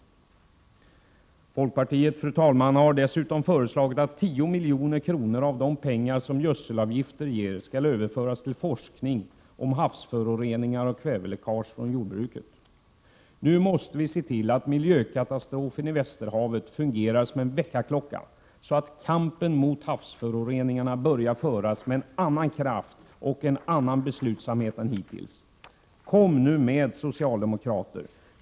Fru talman! Folkpartiet har dessutom föreslagit att 10 milj.kr. av de pengar som gödselavgifterna ger skall överföras till forskning om havsföroreningar av kväveläckage från jordbruket. Nu måste vi se till att miljökatastrofen i Västerhavet fungerar som en väckarklocka, så att kampen mot havsföroreningarna börjar föras med en annan kraft och en annan beslutsamhet än hittills. Kom nu med, socialdemokrater!